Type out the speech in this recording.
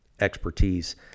expertise